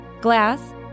glass